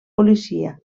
policia